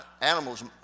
animals